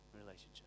relationship